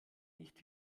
nicht